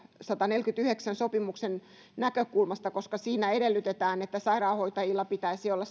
sadanneljänkymmenenyhdeksän sopimuksen näkökulmasta koska siinä edellytetään että sairaanhoitajilla pitäisi olla